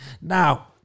Now